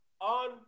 on